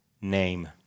name